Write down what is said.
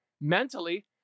mentally